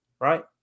right